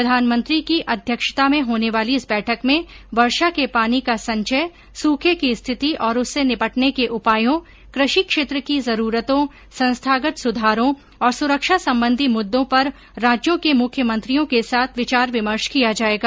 प्रधानमंत्री की अध्यक्षता में होने वाली इस बैठक में वर्षा के पानी का संचयसूखे की स्थिति और उससे निपटने के उपायों कृषि क्षेत्र की जरूरतों संस्थागत सुधारों और सुरक्षा सम्बन्धी मुद्दों पर राज्यों के मुख्यमंत्रियों के साथ विचार विमर्श किया जायेगा